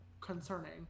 concerning